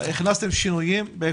הכנסתם שינויים?